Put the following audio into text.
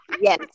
yes